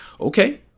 okay